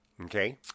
Okay